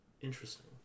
Interesting